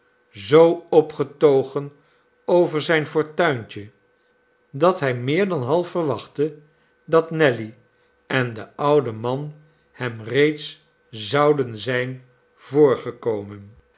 zoo opgetogen over zijn fortuintje dat hij meer dan half verwachtte dat nelly en de oude man hem reeds zouden zijn